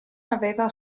aveva